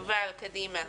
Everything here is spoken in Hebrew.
יובל, קדימה.